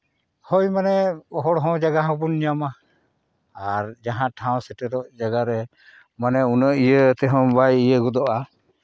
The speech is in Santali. ᱦᱳᱭ ᱢᱟᱱᱮ ᱦᱚᱲ ᱦᱚᱸ ᱡᱟᱭᱜᱟ ᱦᱚᱸᱵᱚᱱ ᱧᱟᱢᱟ ᱟᱨ ᱡᱟᱦᱟᱸ ᱴᱷᱟᱶ ᱥᱮᱴᱮᱨᱚᱜ ᱡᱟᱭᱜᱟ ᱨᱮ ᱢᱟᱱᱮ ᱩᱱᱟᱹᱜ ᱤᱭᱟᱹ ᱛᱮᱦᱚᱸ ᱵᱟᱭ ᱤᱭᱟᱹ ᱜᱚᱫᱚᱜᱼᱟ